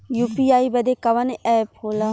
UPI बदे कवन app होला?